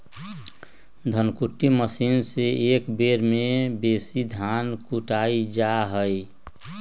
धन कुट्टी मशीन से एक बेर में बेशी धान कुटा जा हइ